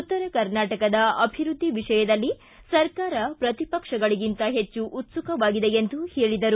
ಉತ್ತರ ಕರ್ನಾಟಕದ ಅಭಿವೃದ್ಧಿ ವಿಷಯದಲ್ಲಿ ಸರ್ಕಾರವು ಪ್ರತಿಪಕ್ಷಗಳಗಿಂತಲೂ ಹೆಚ್ಚು ಉತ್ಸುಕವಾಗಿದೆ ಎಂದು ಹೇಳಿದರು